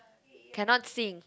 cannot sing